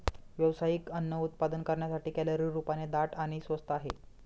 व्यावसायिक अन्न उत्पादन करण्यासाठी, कॅलरी रूपाने दाट आणि स्वस्त आहे